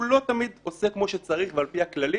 הוא לא תמיד עושה כמו שצריך ועל פי הכללים.